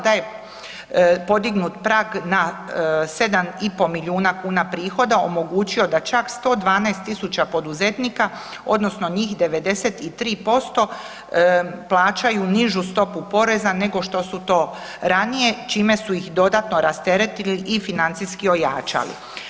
Da je podignut prag na 7,5 milijuna kuna prihoda omogućio da čak 112.000 poduzetnika odnosno njih 93% plaćaju nižu stopu poreza nego što su to ranije čime su ih dodatno rasteretili i financijski ojačali.